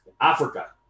Africa